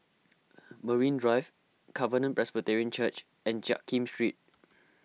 Marine Drive Covenant Presbyterian Church and Jiak Kim Street